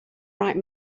bright